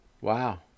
Wow